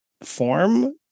form